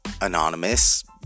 anonymous